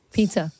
Pizza